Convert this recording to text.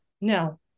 No